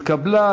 נתקבלה.